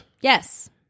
yes